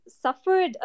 suffered